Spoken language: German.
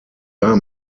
war